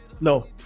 No